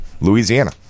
Louisiana